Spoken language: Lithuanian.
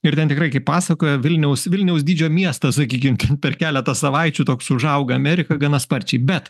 ir ten tikrai kaip pasakoja vilniaus vilniaus dydžio miestas sakykim ten per keletą savaičių toks užauga amerikoj gana sparčiai bet